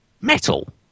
Metal